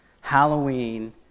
Halloween